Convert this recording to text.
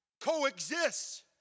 coexist